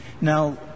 Now